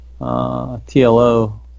TLO